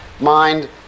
mind